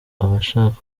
abashaka